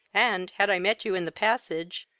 and, had i met you in the passage,